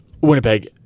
Winnipeg